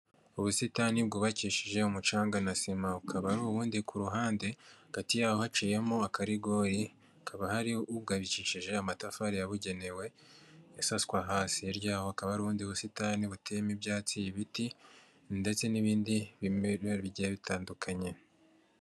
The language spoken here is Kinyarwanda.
Ubusitani bwubakishije umucanga na simakaba, ubundi ku ruhande hagati yaho haciyemo akarigori hakaba hari ugarikishije amatafari yabugenewe isaswa hasi, hirya yaho hakaba haru rundi ubusitani butemo ibyatsi, ibiti ndetse n'ibindi bime bigiye bitandukanye.